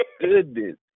goodness